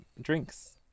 drinks